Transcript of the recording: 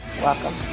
Welcome